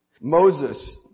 Moses